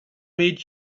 read